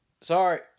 Sorry